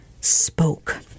spoke